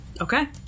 Okay